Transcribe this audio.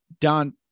Don